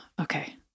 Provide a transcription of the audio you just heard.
okay